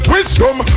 Wisdom